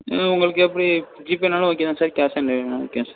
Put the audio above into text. ம் உங்களுக்கு எப்படி ஜிபேனாலும் ஓகே தான் சார் கேஷ் ஆன் டெலிவரினாலும் ஓகே சார்